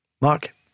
Mark